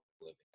living